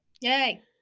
Yay